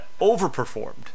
overperformed